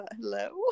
hello